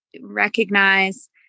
recognize